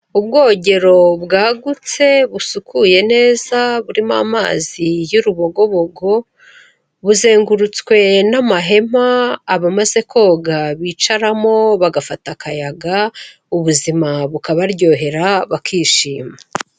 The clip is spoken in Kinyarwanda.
Ubwogero bwagutse, busukuye neza, burimo amazi y'urubogobogo, buzengurutswe n'amahema, abamaze koga bicaramo bagafata akayaga, ubuzima bukabaryohera bakishima.